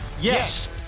yes